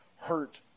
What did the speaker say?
hurt